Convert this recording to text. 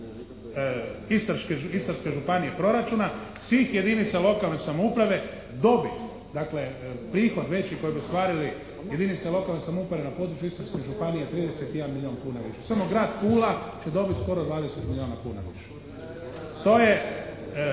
Istarske županije proračuna svih jedinica lokalne samouprave dobit, dakle prihod veći koji bi ostvarili jedinica lokalne samouprave na području Istarske županije je 31 milijun kuna više. Samo Grad Pula će dobiti skoro 20 milijuna kuna više. To je,